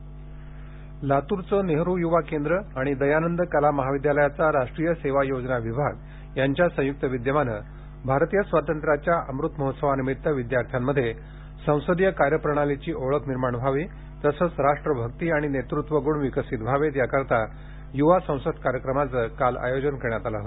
युवा संसद लातूरचे नेहरू युवा केंद्र आणि दयानंद कला महाविद्यालयाचा राष्ट्रीय सेवा योजना विभाग यांच्या संयुक्त विद्यमाने भारतीय स्वातंत्र्याच्या अमृत महोत्सवानिमित्त विद्यार्थ्यांमध्ये संसदीय कार्यप्रणालीची ओळख निर्माण व्हावी तसेच राष्ट्रभक्ती आणि नेतृत्वगृण विकसित व्हावेत याकरिता युवा संसद कार्यक्रमाचे काल आयोजन करण्यात आले होते